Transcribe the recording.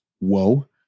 Whoa